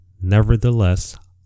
nevertheless